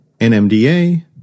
NMDA